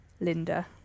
Linda